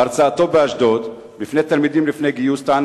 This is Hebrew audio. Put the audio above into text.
בהרצאתו באשדוד בפני תלמידים לפני גיוס טען